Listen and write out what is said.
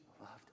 loved